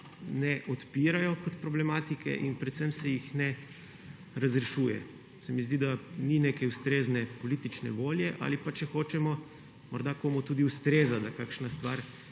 ne odpirajo kot problematike in predvsem se jih ne razrešuje. Se mi zdi, da ni neke ustrezne politične volje ali pa, če hočemo, morda komu tudi ustreza, da kakšna stvar